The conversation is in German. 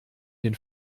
den